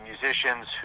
musicians